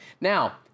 Now